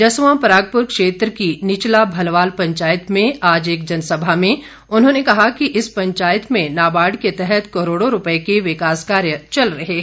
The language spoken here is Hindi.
जसवां परागपूर क्षेत्र की निचला भलवाल पंचायत में आज एक जनसभा में उन्होंने कहा कि इस पंचायत में नाबार्ड के तहत करोड़ों रूपए के विकास कार्य चल रहे हैं